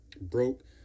Broke